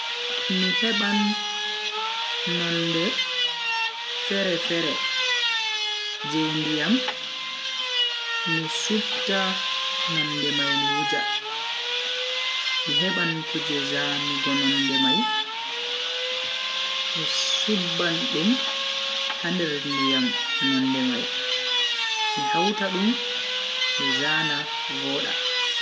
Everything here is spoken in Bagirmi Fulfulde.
Mi heban nonde fere-fere je ndiyam mi supta nonde mai mi wuja. mi heban kuje zanugo nonde mai mi subbandum ha nder ndiyam nonde mai mi hauta dum mi zaana voda.